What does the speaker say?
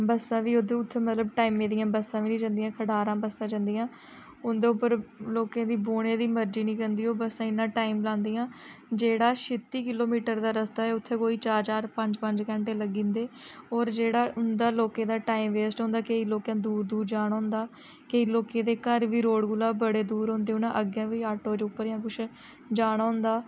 बस्सां बी उदों उत्थें मतलब कि टैमें दियां बस्सां बी नी जंदियां खटारा बस्सां जंदियां उं'दे उप्पर लोकें दी बौह्ने दी मर्जी नी करदी ओह् बस्सां इन्नां टाइम लांदियां जेह्ड़ा छित्ती किलो मीटर दा रस्ता उत्थें कोई चार पंज घैंटे लग्गी जंदे होर जेह्ड़ा उं'दा लोकें दा टाइम वेस्ट होंदा केईं लोकें दूर दूर जाना होंदा केईं लोकें दे घर बी रोड़ कोला बड़े दूर होंदे हून अग्गें बी आटो उप्पर जां कुछ जाना होंदा